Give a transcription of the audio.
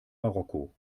marokko